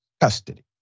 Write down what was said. custody